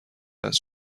است